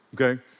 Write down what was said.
Okay